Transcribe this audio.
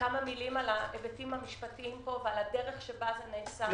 כמה מילים על ההיבטים המשפטיים ועל הדרך שבה זה נעשה.